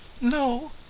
no